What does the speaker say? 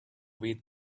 read